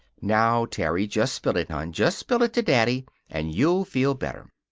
now, terry. just spill it, hon. just spill it to daddy. and you'll feel better.